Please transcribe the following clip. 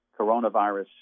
coronavirus